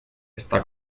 está